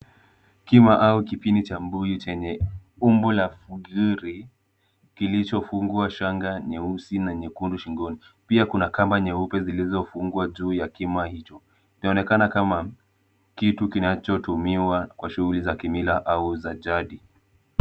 Kima au kipini cha mbuyu chenye umbo la uzuri, kilichofungwa shanga nyeusi na nyekundu shingoni. Pia kuna kamba nyeupe zilizofungwa juu ya kima hicho. Inaonekana kama kitu kinachotumiwa kwa shughuli za kimila au za jadi.